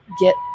get